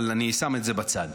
אבל אני שם את זה בצד.